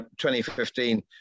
2015